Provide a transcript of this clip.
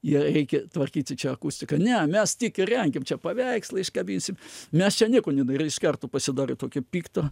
je reikia tvarkyti čia akustiką ne mes tik įrenkim čia paveikslą iškabinsim mes čia nieko nedar ir iš karto pasidarė tokia pikta